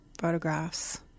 photographs